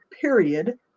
period